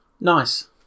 Nice